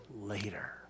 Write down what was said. later